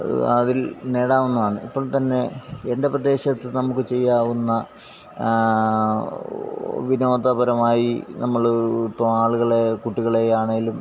അതില് നേടാവുന്നതാണ് ഇപ്പോള് തന്നെ എന്റെ പ്രദേശത്ത് നമുക്ക് ചെയ്യാവുന്ന വിനോദപരമായി നമ്മള് ഇപ്പോള് ആളുകളെ കുട്ടികളെ ആണേലും